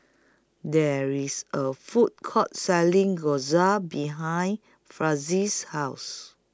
There IS A Food Court Selling Gyros behind Farris' House